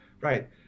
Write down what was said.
Right